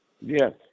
Yes